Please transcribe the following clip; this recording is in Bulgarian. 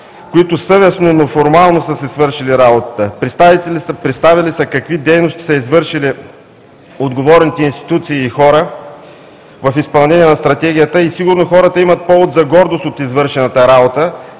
които съвестно, но формално са си свършили работата. Представили са какви дейности са извършили отговорните институции и хора в изпълнение на Стратегията. Сигурно хората имат повод за гордост от извършената работа.